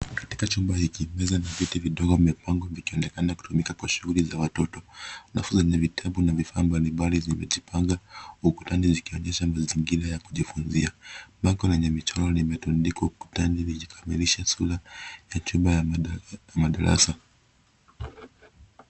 Katika chumba hiki, meza na viti vidogo vimepangwa vikionekana kutumika kwa shughuli za watoto. Rafu zenye vitabu na vifaa mbali mbali zimejipanga huku ndani zikionyesha mazingira ya kujifunzia. Bango lenye michoro limetundikwa ukutani lijikamilishe sura ya chumba ya madarasa.